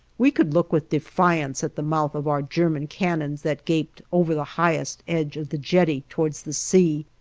we could look with defiance at the mouth of our german cannons that gaped over the highest edge of the jetty towards the sea,